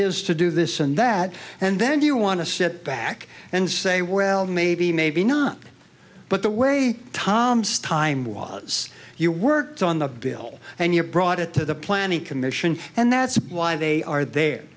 is to do this and that and then do you want to sit back and say well maybe maybe not but the way tom's time was you worked on the bill and you're brought it to the planning commission and that's why they are there